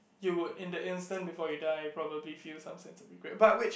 you would in the instant before you die probably feel some sense of regret but which